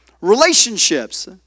relationships